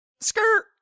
Skirt